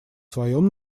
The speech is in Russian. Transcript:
своем